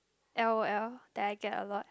l_o_l that I get a lot